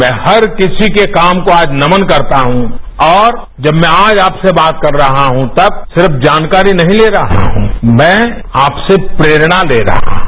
मैं हर किसी के काम को आज नमन करता हूं और जब मैं आज आपसे बात कर रहा हूं तब सिर्फ जानकारी नहीं ले रहा हूं मैं आपसे प्रेरणा ते रहा हूं